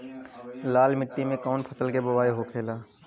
लाल मिट्टी में कौन फसल के बोवाई होखेला?